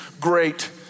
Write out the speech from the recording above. great